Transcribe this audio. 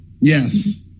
Yes